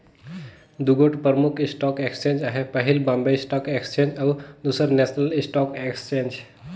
दुगोट परमुख stock exchange अहे पहिल बॉम्बे स्टाक एक्सचेंज अउ दूसर नेसनल स्टॉक एक्सचेंज